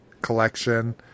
collection